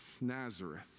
Nazareth